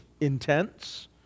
intense